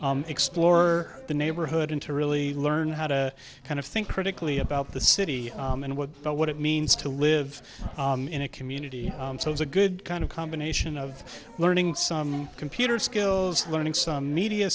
explore the neighborhood and to really learn how to kind of think critically about the city and what but what it means to live in a community so it's a good kind of combination of learning some computer skills learning some media